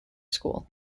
school